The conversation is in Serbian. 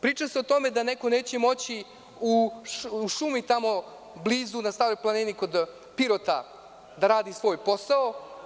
Priča se o tome da neko neće moći u šumi, blizu na Staroj planini kod Pirota da radi svoj posao.